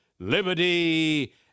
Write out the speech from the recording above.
liberty